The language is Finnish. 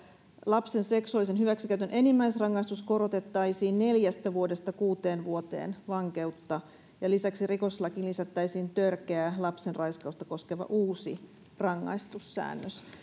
lapsen seksuaalisen hyväksikäytön enimmäisrangaistus korotettaisiin neljästä vuodesta kuuteen vuoteen vankeutta ja lisäksi rikoslakiin lisättäisiin törkeää lapsenraiskausta koskeva uusi rangaistussäännös